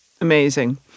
amazing